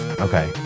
Okay